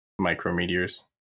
Micrometeors